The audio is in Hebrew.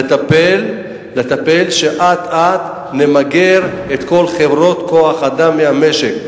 לטפל כדי שאט-אט נמגר את כל חברות כוח-האדם במשק.